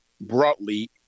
broadly